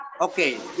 Okay